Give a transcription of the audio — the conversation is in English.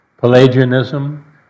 Pelagianism